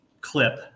clip